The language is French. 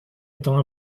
étant